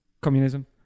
communism